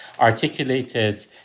articulated